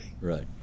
Right